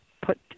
put